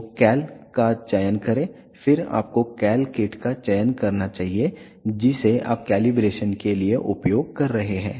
तो कैल का चयन करें फिर आपको कैल किट का चयन करना चाहिए जिसे आप कैलिब्रेशन के लिए उपयोग कर रहे हैं